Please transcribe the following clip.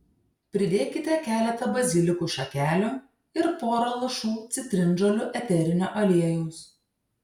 pridėkite keletą bazilikų šakelių ir pora lašų citrinžolių eterinio aliejaus